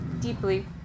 deeply